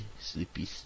Sleepy